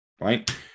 Right